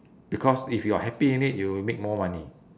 because if you are happy in it you make more money